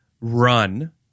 run